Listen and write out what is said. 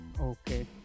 Okay